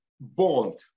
Bond